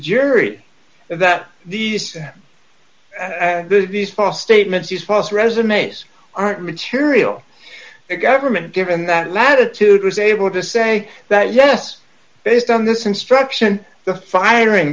jury that these these false statements these pos resumes aren't material the government given that latitude was able to say that yes based on this instruction the firing